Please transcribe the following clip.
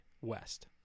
West